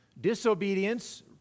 Disobedience